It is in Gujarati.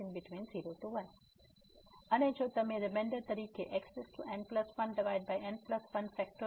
eθx0θ1 અને જો તમે રીમેન્ડર તરીકે xn1n1